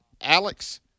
Alex